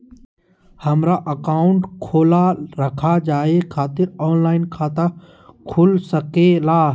हमारा अकाउंट खोला रखा जाए खातिर ऑनलाइन खाता खुल सके ला?